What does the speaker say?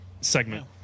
segment